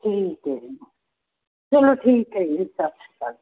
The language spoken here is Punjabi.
ਠੀਕ ਹੈ ਜੀ ਚਲੋ ਠੀਕ ਹੈ ਜੀ ਸਤਿ ਸ਼੍ਰੀ ਅਕਾਲ